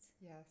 Yes